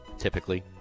Typically